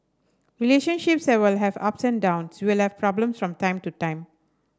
relationships will have ups and downs we will have problems from time to time